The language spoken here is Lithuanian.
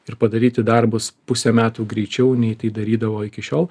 ir padaryti darbus pusė metų greičiau nei tai darydavo iki šiol